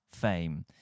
fame